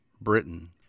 Britain